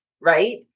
right